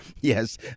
Yes